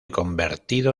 convertido